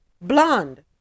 blonde